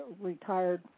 retired